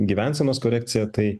gyvensenos korekcija tai